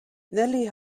nelly